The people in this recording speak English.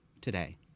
today